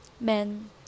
men